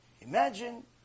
Imagine